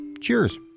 cheers